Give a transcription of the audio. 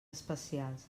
especials